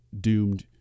doomed